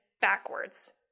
backwards